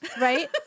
Right